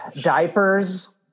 Diapers